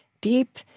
deep